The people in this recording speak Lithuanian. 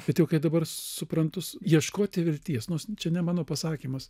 bet jau kai dabar suprantu ieškoti vilties nors čia ne mano pasakymas